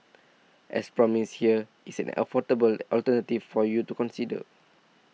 as promised here is an affordable alternative for you to consider